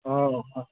অঁ অঁ